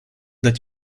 that